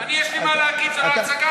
אני, יש לי מה להגיד, זה לא הצגה.